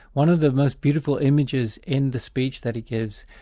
one of the most beautiful images in the speech that he gives,